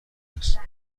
است